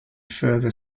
further